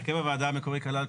הרכב הוועדה המקורי כלל,